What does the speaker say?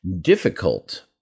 difficult